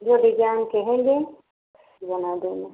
जो डिज़ाइन कहेंगे बना देंगे